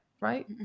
right